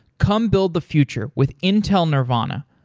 come build the future with intel nervana.